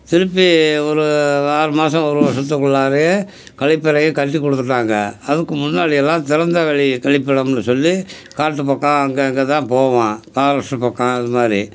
திருப்பி ஒரு ஆறு மாதம் ஒரு வருஷத்துக்குள்ளாரயே கழிப்பறய கட்டி கொடுத்துட்டாங்க அதுக்கு முன்னாடி எல்லாம் திறந்த வெளி கழிப்பிடம்னு சொல்லி காட்டுப்பக்கம் அங்கே இங்கே தான் போவோம் பாரஸ்ட்டு பக்கம் அது மாதிரி